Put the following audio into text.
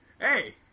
Hey